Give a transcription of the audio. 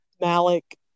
Malik